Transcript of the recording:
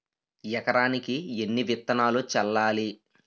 ఎకరానికి ఎన్ని విత్తనాలు చల్లాలి?